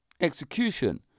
execution